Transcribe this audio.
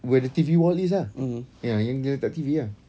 where the T_V wall is ah ya yang dia letak T_V ah